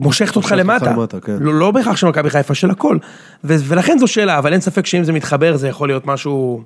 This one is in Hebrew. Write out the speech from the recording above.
מושכת אותך למטה, לא בהכרח של מקבל חיפה, של הכול. ולכן זו שאלה, אבל אין ספק שאם זה מתחבר זה יכול להיות משהו...